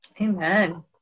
Amen